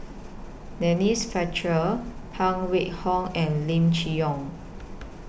Denise Fletcher Phan Wait Hong and Lim Chee Onn